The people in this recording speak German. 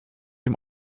dem